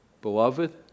Beloved